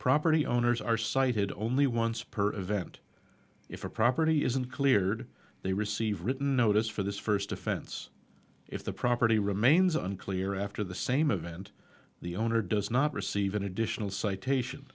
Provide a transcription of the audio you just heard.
property owners are cited only once per event if a property isn't cleared they receive written notice for this first offense if the property remains unclear after the same event the owner does not receive an additional citation